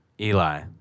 Eli